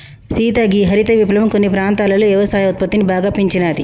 సీత గీ హరిత విప్లవం కొన్ని ప్రాంతాలలో యవసాయ ఉత్పత్తిని బాగా పెంచినాది